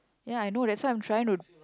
ya I know that's why I'm trying to